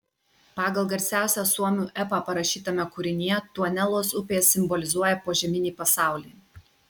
pagal garsiausią suomių epą parašytame kūrinyje tuonelos upė simbolizuoja požeminį pasaulį